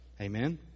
amen